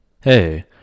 Hey